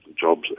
jobs